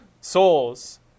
souls